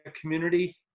community